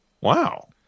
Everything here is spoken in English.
Wow